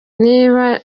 niba